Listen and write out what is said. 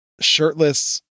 shirtless